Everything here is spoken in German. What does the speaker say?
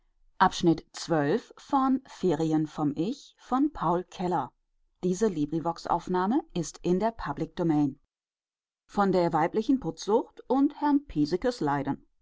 arbeit von der weiblichen putzsucht und herrn pieseckes leiden